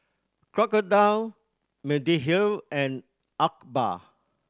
Crocodile Mediheal and Alba